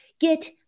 get